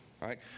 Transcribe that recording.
right